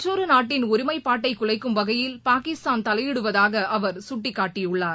மற்றொருநாட்டன் ஒருமைப்பாட்டைகுலைக்கும்வகையில் பாகிஸ்தான் தலையிடுவதாகஅவர் சுட்டிக்காட்டியுள்ளார்